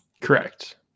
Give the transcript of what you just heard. correct